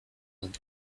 and